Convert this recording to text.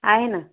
आहे ना